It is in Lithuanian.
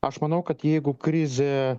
aš manau kad jeigu krizė